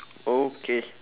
okay